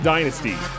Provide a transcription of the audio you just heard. Dynasty